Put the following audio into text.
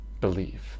believe